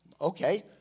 Okay